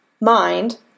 mind